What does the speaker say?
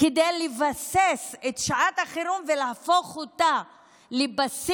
כדי לבסס את שעת החירום ולהפוך אותה לבסיס